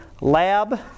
lab